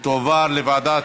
ותועבר לוועדת